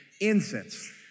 incense